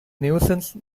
nuisance